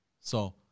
So-